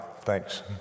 Thanks